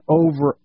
over